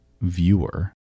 viewer